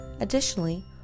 Additionally